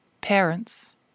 parents